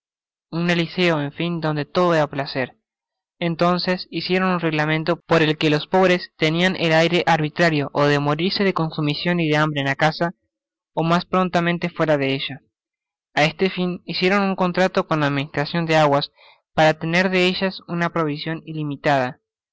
un fliséo en fin donde todo era placer entonces hicieron un reglamento por el que los pobres tenian el libre arbitrio ó de morirse de consumcion y de hambre en la casa ó mas prontamente fuera de ella a este fin hicieron un contrato con la administracion de las aguas para tener de ellas una provision ilimitada